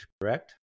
correct